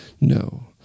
No